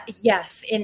Yes